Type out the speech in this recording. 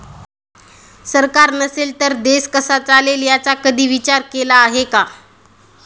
सरकार नसेल तर देश कसा चालेल याचा कधी विचार केला आहे का?